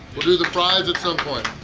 we'll do the fries at some point.